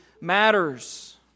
matters